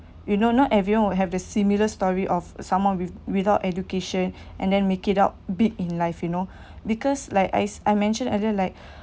you know not everyone will have the similar story of someone with without education and then make it out big in life you know because like ice I mentioned earlier like